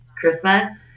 Christmas